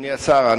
אדוני השר,